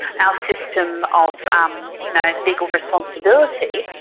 our system of um you know legal responsibility.